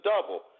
double